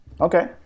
Okay